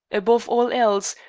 above all else,